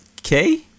Okay